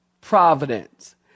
Providence